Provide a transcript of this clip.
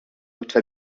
votre